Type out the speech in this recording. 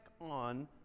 on